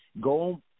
go